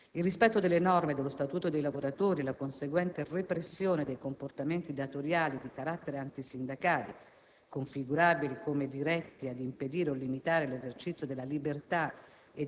Il rispetto delle norme dello Statuto dei lavoratori e la conseguente repressione dei comportamenti datoriali di carattere antisindacale (configurabili come diretti ad impedire o limitare l'esercizio della libertà